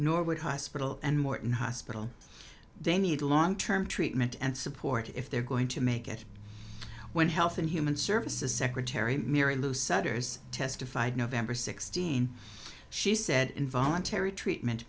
norwood hospital and morton hospital they need long term treatment and support if they're going to make it when health and human services secretary mary lou sutter's testified nov sixteenth she said involuntary treatment